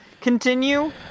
continue